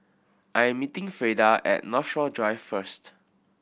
I am meeting Freida at Northshore Drive first